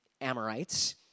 Amorites